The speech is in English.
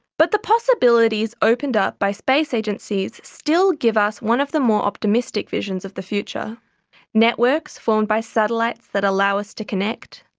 but the possibilities opened up by space agencies still give us one of the more optimistic visions of the future networks formed by satellites that allow us to connect,